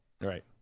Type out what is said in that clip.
Right